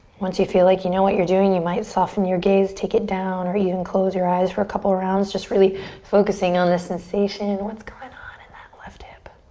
once you feel like you know what you're doing, you might soften your gaze, take it down, or even and close your eyes for a couple rounds. just really focusing on the sensation. and what's going on in that left hip?